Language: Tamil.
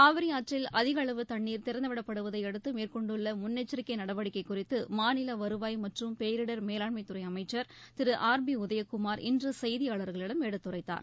காவிரி ஆற்றில் அதிக அளவு தண்ணீர் திறந்துவிடப்படுவதையடுத்து மேற்கொண்டுள்ள முன்னெச்சரிக்கை நடவடிக்கை குறித்து மாநில வருவாய் மற்றும் பேரிடர் மேலாண்மை துறை அமைச்சர் திரு ஆர் பி உதயகுமார் இன்று செய்தியாளர்களிடம் எடுத்துரைத்தார்